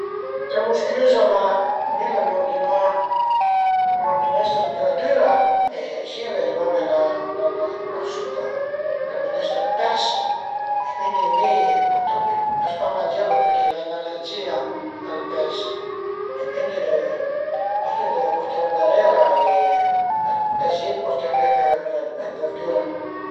Le liase d'le scarpe a fan perdi ën po dë temp, va be le liase a ie 'na part a sinistra e 'na part a destra, t'ie tire sü man man sempre ëncruzià da destra a sinistra e da sinistra a destra, pöi cuand t'arive ën punta s'ël col del pe t'ie faze ün grup